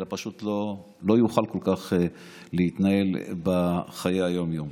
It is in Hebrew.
אלא הוא פשוט לא כל כך יוכל להתנהל בחיי היום-יום.